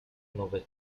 nowe